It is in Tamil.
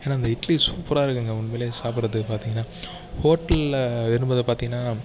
ஏன்னா அந்த இட்லி சூப்பராக இருக்குங்க உண்மையில் சாப்பிட்றதுக்கு பார்த்திங்கன்னா ஹோட்டலில் வரும் போது பார்த்திங்கன்னா